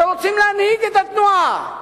שרוצים להנהיג את התנועה.